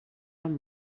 amb